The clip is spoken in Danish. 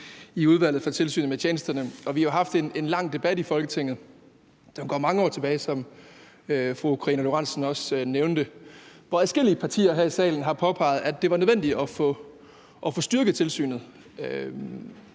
i Udvalget vedrørende Efterretningstjenesterne, og vi har jo haft en debat i Folketinget, som går mange år tilbage, som fru Karina Lorentzen Dehnhardt også nævnte, hvor adskillige partier her i salen har påpeget, at det var nødvendigt at få styrket tilsynet.